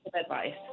advice